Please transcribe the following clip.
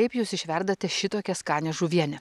kaip jūs išverdate šitokią skanią žuvienę